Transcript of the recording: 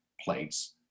plates